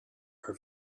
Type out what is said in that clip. her